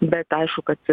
bet aišku kad